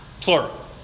plural